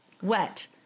wet